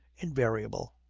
invariable.